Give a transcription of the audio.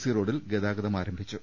C റോഡിൽ ഗതാഗതം ആരംഭിച്ചു